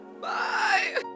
Bye